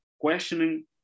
questioning